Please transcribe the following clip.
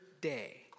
day